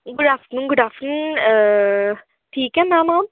good afternoon good afternoon ठीक ऐ ma'am आ